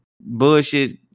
bullshit